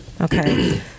Okay